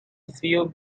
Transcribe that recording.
field